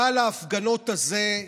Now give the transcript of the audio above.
גל ההפגנות הזה,